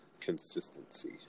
consistency